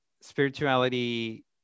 spirituality